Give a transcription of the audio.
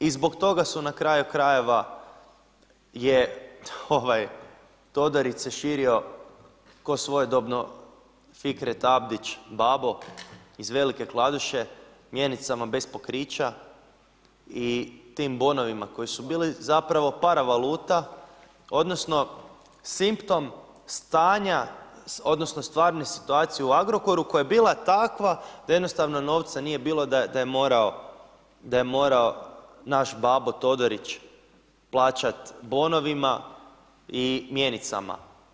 I zbog toga su na kraju krajeva, je ovaj Todorić se širio kao svojedobno Fikret Abdić „Babo“ iz Velike Kladuše, mjenicama bez pokrića i tim bonovima koji su bili zapravo paravaluta, odnosno simptom stanja, odnosno stvarne situacije u Agrokoru koja je bila takva da jednostavno novca nije bilo, da je morao naš „babo“ Todorić plaćati bonovima i mjenicama.